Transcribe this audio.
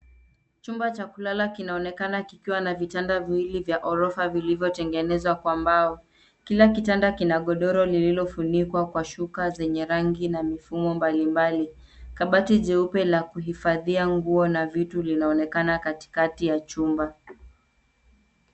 Chumba cha kulala kinaonekana kikiwa na vitanda viwili vya ghorofa, vilivyotengenezwa kwa mbao. Kila kitanda kina godoro lililofunikwa kwa shuka zenye rangi na mifumo mbali mbali. Kabati jeupe la kuhifadhia nguo na vitu, linaonekana katikati ya chumba.